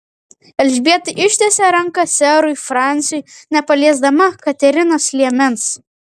elžbieta ištiesė ranką serui fransiui nepaleisdama katerinos liemens